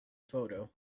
photo